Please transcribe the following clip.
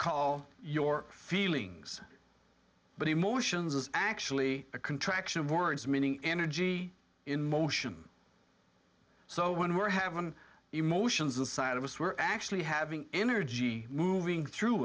call your feelings but emotions is actually a contraction of words meaning energy emotion so when we're have them emotions aside of us were actually having energy moving through